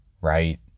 right